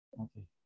Okay